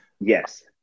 Yes